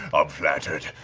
i'm flattered.